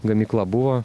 gamykla buvo